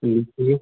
लीची